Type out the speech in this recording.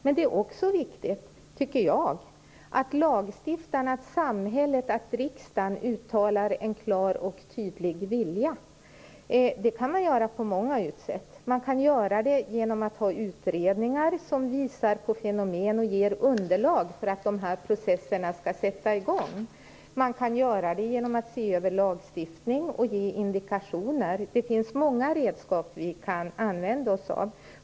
Men det är också viktigt att lagstiftaren, samhället och riksdagen uttalar en klar och tydlig vilja. Det kan man göra på många sätt. Man kan göra det genom att ha utredningar som visar på fenomen och ger underlag för att processerna skall sätta i gång. Man kan göra det genom att se över lagstiftning och ge indikationer. Det finns många redskap vi kan använda oss av.